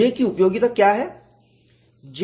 J की उपयोगिता क्या हैं